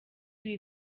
ibi